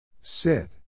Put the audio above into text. Sit